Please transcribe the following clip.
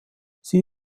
sie